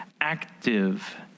active